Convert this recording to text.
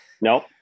Nope